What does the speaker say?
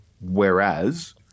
Whereas